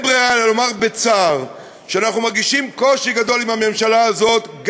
אין ברירה אלא לומר בצער שאנחנו מרגישים קושי גדול עם הממשלה הזאת,